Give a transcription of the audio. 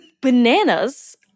Bananas